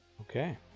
Okay